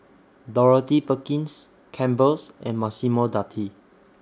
Dorothy Perkins Campbell's and Massimo Dutti